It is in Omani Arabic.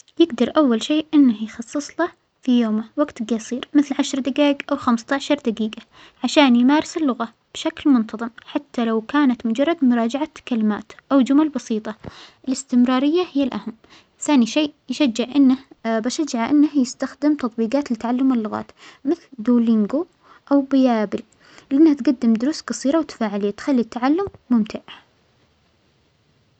يجدر أول شيء أنه يخصص له في يومه وجت قصير مثل عشر دجايج أو خمستاشر دجيجة عشان يمارس اللغة بشكل منتظم حتى لو كانت مجرد مراجعة كلمات أو جمل بسيطة، الإستمرارية هى الأهم، ثانى شيء يشجع أنه بشجع أنه يستخدم تطبيجات لتعلم اللغات مثل دولينجو أو بيابرى لأنها تجدم دروس جصيرة وتفاعلية تخلى التعلم ممتع.